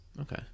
Okay